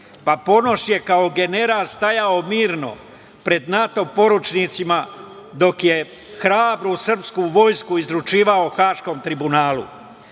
Ponoš je kao general stajao mirno pred NATO poručnicima dok je hrabru srpsku vojsku izručivao Haškom tribunalu. Kad